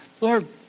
Lord